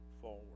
forward